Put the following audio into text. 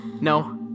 No